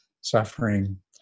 suffering